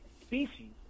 species